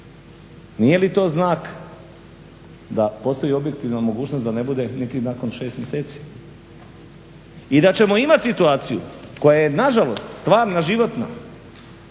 nije li to znak da postoji objektivna mogućnost da ne bude niti nakon 6 mjeseci? I da ćemo imati situaciju koja je nažalost stvarna životna